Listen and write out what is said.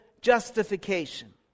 justification